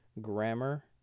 grammar